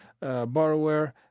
borrower